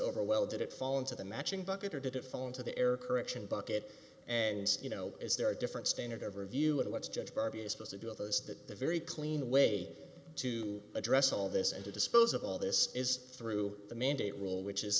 over well did it fall into the matching bucket or did it fall into the error correction bucket and you know is there a different standard of review and what's judge barbie is supposed to do with those that a very clean way to address all this and to dispose of all this is through the mandate rule which is